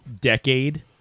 decade